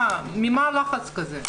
מה הלחץ הזה?